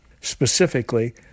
Specifically